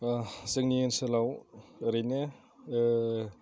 जोंनि ओनसोलाव ओरैनो